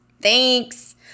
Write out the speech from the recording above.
thanks